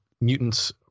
mutants